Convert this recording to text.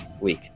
week